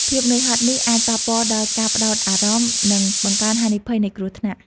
ភាពនឿយហត់នេះអាចប៉ះពាល់ដល់ការផ្ដោតអារម្មណ៍ និងបង្កើនហានិភ័យនៃគ្រោះថ្នាក់។